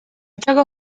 czego